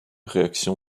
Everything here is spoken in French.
réaction